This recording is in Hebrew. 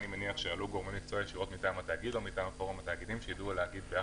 אני מניח שיעלו כאן גורמים מטעם התאגידים עצמם שיוכלו לעשות זאת.